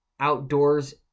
outdoors